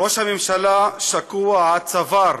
ראש הממשלה שקוע עד צוואר